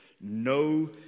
no